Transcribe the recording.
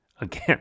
Again